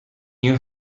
new